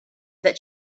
that